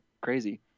crazy